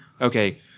Okay